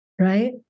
Right